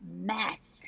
mess